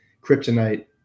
kryptonite